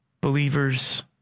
Believers